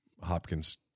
Hopkins